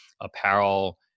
apparel